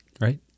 right